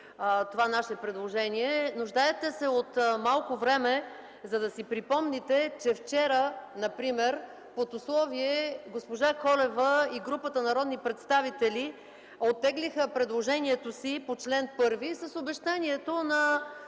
това наше предложение. Нуждаете се от малко време, за да си припомните, че вчера например под условие госпожа Колева и групата народни представители оттеглиха предложението си по чл. 1 с обещанието на